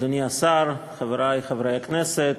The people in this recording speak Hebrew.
אדוני השר, חברי חברי הכנסת,